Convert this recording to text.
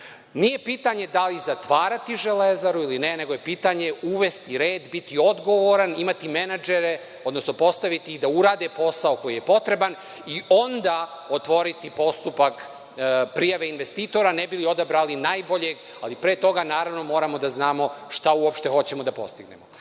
Nije pitanje da li zatvarati „Železaru“ ili ne, nego je pitanje uvesti red, biti odgovoran, imati menadžere, odnosno postaviti ih da urade posao koji je potreban i onda otvoriti postupak prijave investitora ne bi li odabrali najboljeg, ali pre toga, naravno, moramo da znamo šta uopšte hoćemo da postignemo. Mi